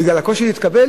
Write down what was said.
בגלל הקושי להתקבל?